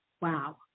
Wow